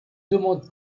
demande